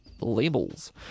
labels